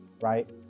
right